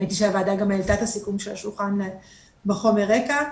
ראיתי שהוועדה גם העלתה את הסיכום של השולחן בחומר הרקע,